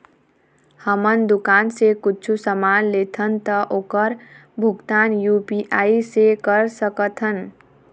हमन दुकान से कुछू समान लेथन ता ओकर भुगतान यू.पी.आई से कर सकथन?